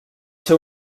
ser